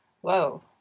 whoa